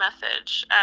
message